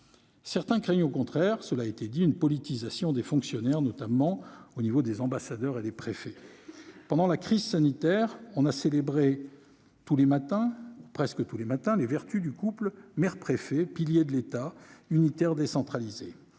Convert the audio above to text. Certains craignent au contraire une politisation des fonctionnaires, notamment des ambassadeurs et des préfets. Pendant la crise sanitaire, on célébrait tous les matins les vertus du couple maire-préfet, pilier de l'État unitaire décentralisé.